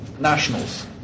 nationals